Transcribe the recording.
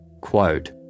Quote